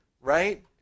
right